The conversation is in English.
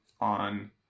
on